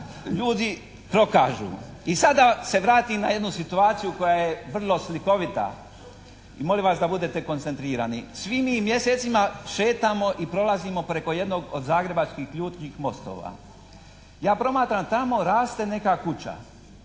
ljudi dokažu. I sada da se vratim na jednu situaciju koja je vrlo slikovita i molim vas da budete koncentrirani. Svi mi mjesecima šetamo i prolazimo preko jednog od zagrebačkih mostova. Ja promatram, tamo raste neka kuća.